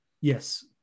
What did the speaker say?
yes